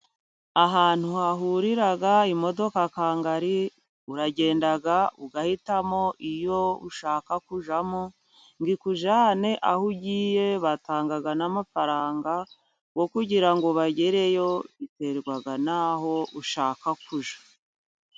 Ahantu hahurira imodoka akangari, uragenda ugahitamo iyo ushaka kujyamo ngo ikujyane aho ugiye, batanga amafaranga yo kugira ngo bagereyo. Biterwa n'aho ushaka kujya.